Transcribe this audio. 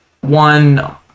one